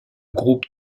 groupe